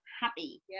happy